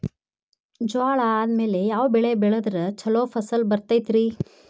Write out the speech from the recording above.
ಜ್ವಾಳಾ ಆದ್ಮೇಲ ಯಾವ ಬೆಳೆ ಬೆಳೆದ್ರ ಛಲೋ ಫಸಲ್ ಬರತೈತ್ರಿ?